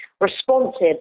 responsive